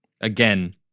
Again